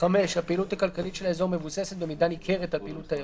(5)הפעילות הכלכלית של האזור מבוססת במידה ניכרת על פעילות תיירותית,